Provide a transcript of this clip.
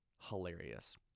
hilarious